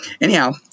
Anyhow